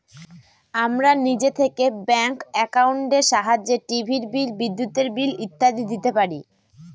আমরা নিজে থেকে ব্যাঙ্ক একাউন্টের সাহায্যে টিভির বিল, বিদ্যুতের বিল ইত্যাদি দিতে পারি